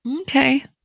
Okay